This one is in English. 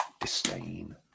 disdain